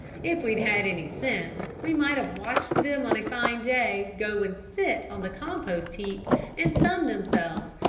if we'd had any sense, we might have watched them on a fine day go and sit on the compost heap and sun themselves,